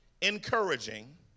encouraging